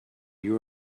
you